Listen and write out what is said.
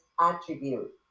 attribute